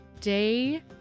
day